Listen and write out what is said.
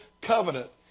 covenant